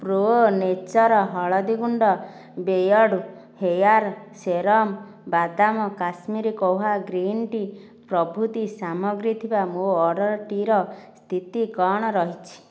pro Nature ହଳଦୀ ଗୁଣ୍ଡ Beardo hair serum ବାଦାମ କାଶ୍ମିରୀ କହ୍ୱା ଗ୍ରୀନ୍ ଟି ପ୍ରଭୃତି ସାମଗ୍ରୀ ଥିବା ମୋ ଅର୍ଡ଼ର୍ଟିର ସ୍ଥିତି କଣ ରହିଛି